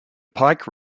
pike